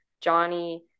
Johnny